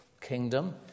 kingdom